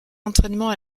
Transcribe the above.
entraînement